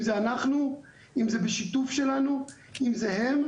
אם זה אנחנו, אם זה בשיתוף שלנו, אם זה הם.